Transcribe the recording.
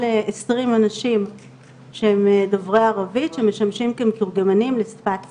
עשרים אנשים שהם דוברי ערבית שמשמשים כמתורגמנים לשפת סימנים.